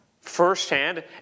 firsthand